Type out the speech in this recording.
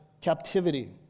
captivity